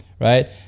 Right